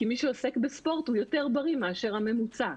כי מי שעוסק בספורט הוא יותר בריא מאשר הממוצע,